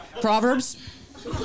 proverbs